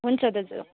हुन्छ दाजु